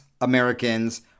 Americans